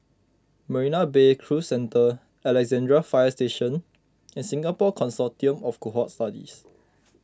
Marina Bay Cruise Centre Alexandra Fire Station and Singapore Consortium of Cohort Studies